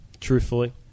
truthfully